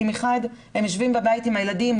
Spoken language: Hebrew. כי מחד הם יושבים בבית עם הילדים,